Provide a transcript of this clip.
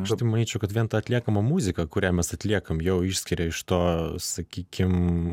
aš tai manyčiau kad vien ta atliekama muzika kurią mes atliekam jau išskiria iš to sakykim